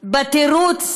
בתירוץ,